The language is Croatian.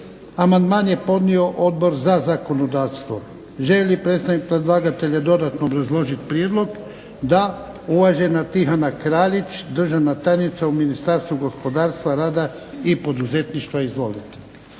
Amandmane je podnio Odbor za zakonodavstvo. Želi li predstavnik predlagatelja dodatno obrazložiti prijedlog? Da. Uvaženi Tihana Kraljić, državna tajnica u Ministarstvu gospodarstva, rada i poduzetništva. Izvolite.